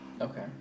Okay